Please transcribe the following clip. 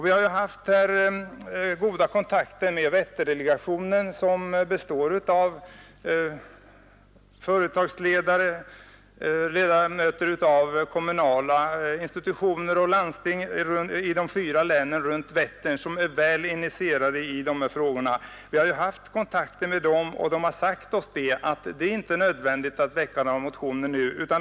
Vi har haft goda kontakter med Vätterdelegationen, som består av företagare och ledamöter av kommunala institutioner och landsting i de fyra länen runt Vättern, väl insatta i de här frågorna. De har sagt oss: Det är inte nödvändigt att väcka några motioner nu.